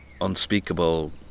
unspeakable